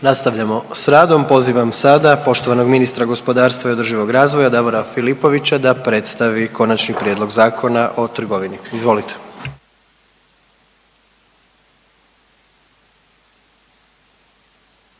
Nastavljamo s radom, pozivam sada poštovanog ministra gospodarstva i održivog razvoja Davora Filipovića da predstavi Konačni prijedlog Zakona o trgovini, izvolite.